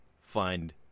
find